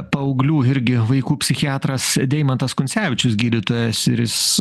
paauglių irgi vaikų psichiatras deimantas kuncevičius gydytojas ir jis